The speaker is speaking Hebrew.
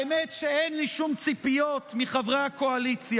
האמת היא שאין לי שום ציפיות מחברי הקואליציה.